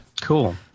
Cool